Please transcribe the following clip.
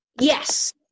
Yes